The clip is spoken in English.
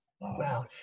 Wow